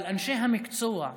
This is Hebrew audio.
אבל אנשי המקצוע,